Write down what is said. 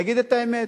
להגיד את האמת.